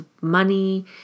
money